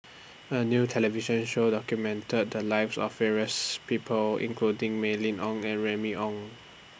A New television Show documented The Lives of various People including Mylene Ong and Remy Ong